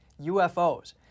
UFOs